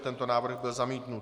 Tento návrh byl zamítnut.